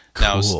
Now